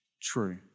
True